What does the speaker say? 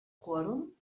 quòrum